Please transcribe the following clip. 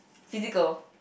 physical